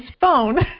phone